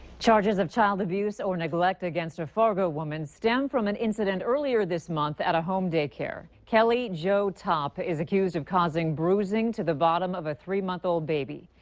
charges of child abuse or neglect against a fargo woman stem from an incident earlier this month at a home daycare. kelly jo topp is accused of causing bruising to the bottom of a three month old baby.